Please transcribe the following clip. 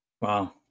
Wow